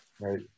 right